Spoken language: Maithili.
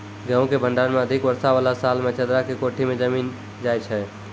गेहूँ के भंडारण मे अधिक वर्षा वाला साल मे चदरा के कोठी मे जमीन जाय छैय?